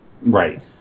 Right